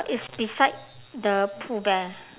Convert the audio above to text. it's beside the pooh bear